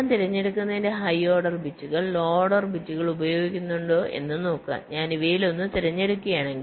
ഞാൻ തിരഞ്ഞെടുക്കുന്നതിൽ high order ബിറ്റുകൾലോ ഓർഡർ ബിറ്റുകൾ ഉപയോഗിക്കുന്നുണ്ടോ എന്ന് നോക്കുക ഞാൻ ഇവയിലൊന്ന് തിരഞ്ഞെടുക്കുകയാണെങ്കിൽ